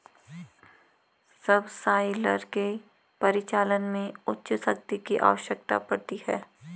subsoiler के परिचालन में उच्च शक्ति की आवश्यकता पड़ती है